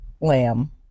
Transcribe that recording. lamb